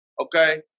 Okay